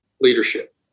leadership